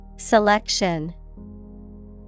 Selection